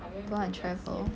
I don't want to travel